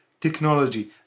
technology